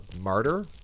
martyr